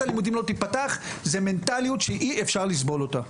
הלימודים לא תיפתח - מנטליות שאי אפשר לסבול אותה.